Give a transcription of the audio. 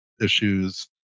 issues